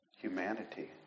humanity